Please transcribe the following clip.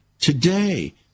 Today